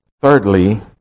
thirdly